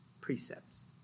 precepts